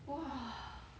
!wah!